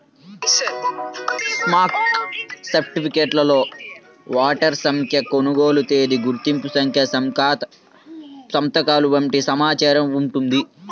stock సర్టిఫికేట్లో వాటాల సంఖ్య, కొనుగోలు తేదీ, గుర్తింపు సంఖ్య సంతకాలు వంటి సమాచారం ఉంటుంది